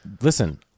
listen